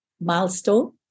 milestone